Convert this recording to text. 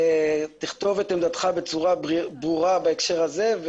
כתוב את עמדתך בצורה ברורה בהקשר הזה,